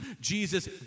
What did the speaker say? Jesus